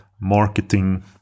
marketing